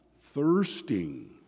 thirsting